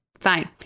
fine